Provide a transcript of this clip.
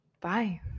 bye